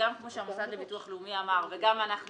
שגם כמו שהמוסד לביטוח לאומי אמר וגם אנחנו